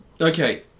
Okay